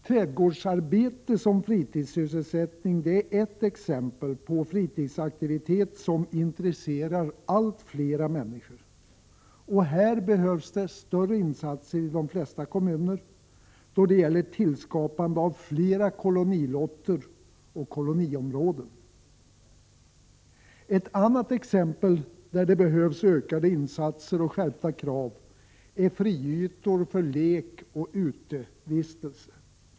Trädgårdsarbete som fritidssysselsättning är ett exempel på fritidsaktivitet som intresserar allt fler människor. Här behövs större insatser i de flesta kommuner för att tillskapa fler kolonilotter och koloniområden. Ett annat exempel på områden där det behövs ökade insatser och skärpta krav är friytor för lek och utevistelse.